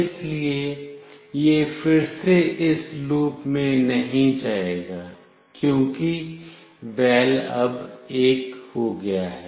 इसलिए यह फिर से इस लूप में नहीं जाएगा क्योंकि वैल अब 1 हो गया है